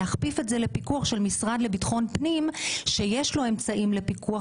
להכפיף את זה לפיקוח של משרד לביטחון פנים שיש לו אמצעים לפיקוח,